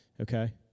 Okay